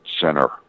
center